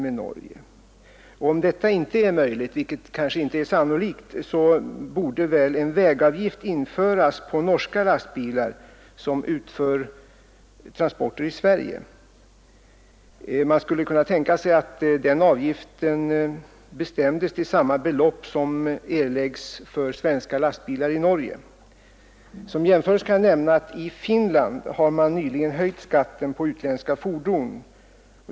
Om detta inte är möjligt, vilket det sannolikt inte är, borde väl en vägavgift införas på norska lastbilar som utför transporter i Sverige. Man skulle kunna tänka sig att den avgiften bestämdes till samma belopp som erläggs för svenska lastbilar i Norge. Som jämförelse kan jag nämna att i Finland har man nyligen höjt skatten på utländska fordon.